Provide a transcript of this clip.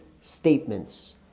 statements